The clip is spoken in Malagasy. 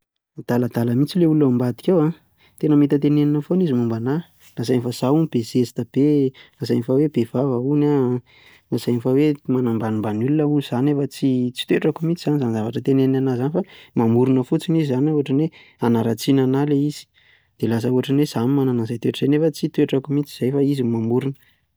Adaladala mihintsy ilay olona ao ambadika ao an, tena mahita tenenina foana izy momba an'ahy, lazainy fa za hono be zesta be e, lazainy fa be vava hono aho, lazainy fa manambanimbany olona hono za nefa tsy tsy toetrako mihintsy izany zavatra teneniny amin''ahy izany fa mamorina fotsiny izy, izany hoe hanaratsiany an'ahy ilay izy dia lasa hoe izaho no manana an'izay toetra izay nefa tsy toetrako mihintsy izay fa izy no mamorina.